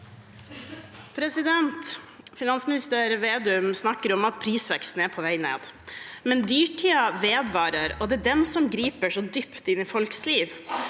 Finansminis- ter Vedum snakker om at prisveksten er på vei ned, men dyrtiden vedvarer, og det er den som griper så dypt inn i folks liv,